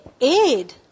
aid